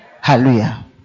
Hallelujah